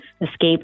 escaped